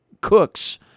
cooks